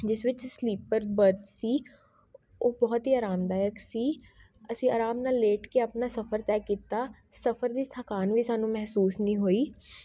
ਜਿਸ ਵਿੱਚ sleeper berth ਸੀ ਉਹ ਬਹੁਤ ਹੀ ਆਰਾਮਦਾਇਕ ਸੀ ਅਸੀਂ ਆਰਾਮ ਨਾਲ਼ ਲੇਟ ਕੇ ਆਪਣਾ ਸਫਰ ਤੈਅ ਕੀਤਾ ਸਫਰ ਦੀ ਥਕਾਨ ਵੀ ਸਾਨੂੰ ਮਹਿਸੂਸ ਨਹੀਂ ਹੋਈ